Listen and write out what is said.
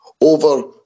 over